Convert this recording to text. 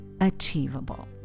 achievable